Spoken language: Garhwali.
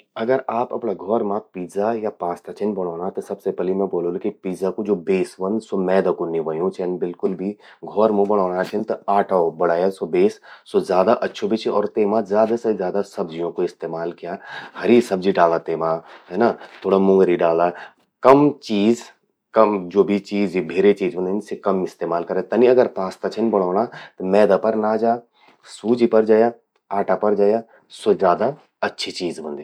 अगर आप अपरा घौर मां पिज्जा या पास्ता छिन बणौंणा, त सबसे पैलि मैं ब्वोललू कि पिज्जा कू ज्वो बेस ह्वंद, स्वो मैदा कू नि ह्वयूं चेंद बिल्कुल भी। घौर मूं बणौंणा छिन त आटो बंणाया स्वो बेस। अर तेमा ज्यादा से ज्यादा सब्जियों कू इस्तेमाल किंया। हरी सब्जि डाला तेमा है ना, थोड़ा मुंगरी डाला। कम चीज़ कम, ज्वो भी चीज यी भेरे चीज ह्वोंदिन तूंकू कम इस्तेमाल कर्यां। तनि अगर पास्ता छिन बणौंणा त मैदा पर ना जा, सूजी पर जयां, आटा पर जयां। स्वो ज्यादा अच्छी चीज ह्वोंदि।